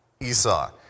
Esau